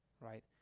right